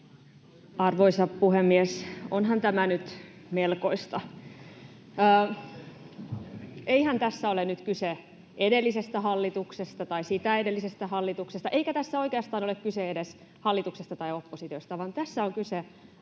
Arvoisa puhemies! Onhan tämä nyt melkoista. Eihän tässä ole nyt kyse edellisestä hallituksesta tai sitä edellisestä hallituksesta, eikä tässä oikeastaan ole kyse edes hallituksesta tai oppositiosta, vaan tässä on kyse, arvoisa